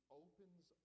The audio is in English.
opens